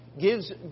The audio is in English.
gives